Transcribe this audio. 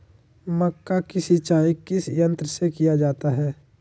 मक्का की सिंचाई किस यंत्र से किया जाता है?